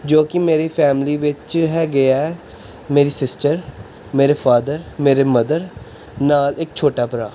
ਜੋ ਕਿ ਮੇਰੀ ਫੈਮਿਲੀ ਵਿੱਚ ਹੈਗੇ ਆ ਮੇਰੀ ਸਿਸਟਰ ਮੇਰੇ ਫਾਦਰ ਮੇਰੇ ਮਦਰ ਨਾਲ ਇੱਕ ਛੋਟਾ ਭਰਾ